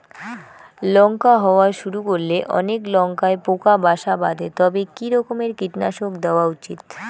লঙ্কা হওয়া শুরু করলে অনেক লঙ্কায় পোকা বাসা বাঁধে তবে কি রকমের কীটনাশক দেওয়া উচিৎ?